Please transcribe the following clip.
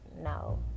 No